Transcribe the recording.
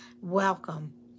Welcome